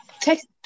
text